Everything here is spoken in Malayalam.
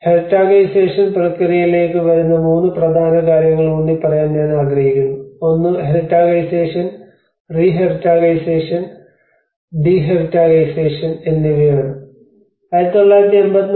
ഹെറിറ്റാഗൈസേഷൻ പ്രക്രിയയിലേക്ക് വരുന്ന 3 പ്രധാന കാര്യങ്ങൾ ഊന്നിപ്പറയാൻ ഞാൻ ആഗ്രഹിക്കുന്നു ഒന്ന് heritagisation re heritagisation de heritagisation heritagisation re heritagisation and de heritagisation എന്നിവയാണ്